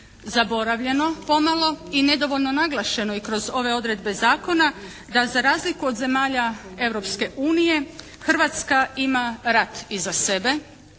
zaboravljeno pomalo i nedovoljno naglašeno i kroz ove odredbe zakona da za razliku od zemalja Europske unije Hrvatska ima rat iza sebe,